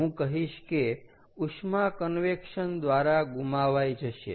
હું કહીશ કે ઉષ્મા કન્વેક્શન દ્વારા ગુમાવાઈ જશે